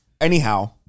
anyhow